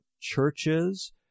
churches